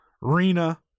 Rina